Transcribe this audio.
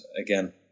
again